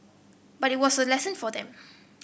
but it was a lesson for them